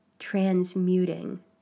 transmuting